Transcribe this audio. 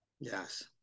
Yes